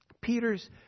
Peter's